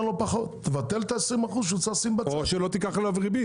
או שלא תיקח עליו ריבית.